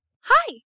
Hi